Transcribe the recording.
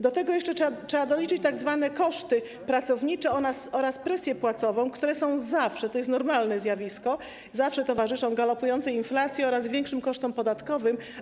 Do tego jeszcze trzeba doliczyć tzw. koszty pracownicze oraz presję płacową, które zawsze - to jest normalne zjawisko - towarzyszą galopującej inflacji oraz większym kosztom podatkowym.